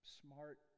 smart